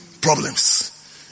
Problems